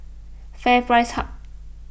FairPrice Hub